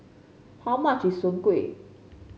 how much is Soon Kueh